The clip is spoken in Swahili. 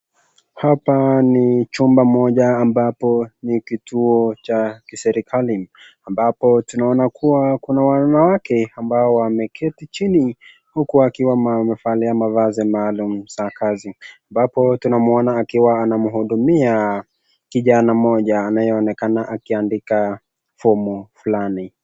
Hapa ni chumba moja ambapo ni kituo cha kiserikali, ambapo tunaona kuwa kuna wanawake ambao wameketi chini huku wakiwa wamevalia mavazi maalum za kazi, ambapo tunaona akiwa anamhudumia kijana mmoja anayeonekana akiandika fomu flani.